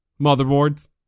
Motherboards